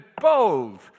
bold